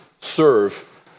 serve